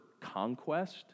conquest